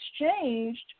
exchanged